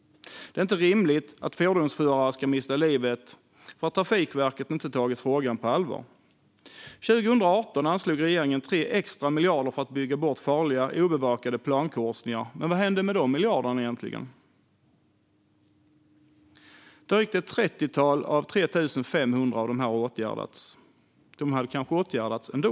Det är inte rimligt att fordonsförare ska mista livet för att Trafikverket inte tagit frågan på allvar. År 2018 anslog regeringen 3 extra miljarder för att bygga bort farliga obevakade plankorsningar. Men vad hände med dessa miljarder egentligen? Ett trettiotal av 3 500 har åtgärdats, och de hade kanske åtgärdats ändå.